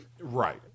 right